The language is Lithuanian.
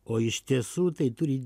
o iš tiesų tai turi